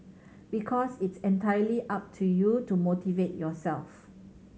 because it's entirely up to you to motivate yourself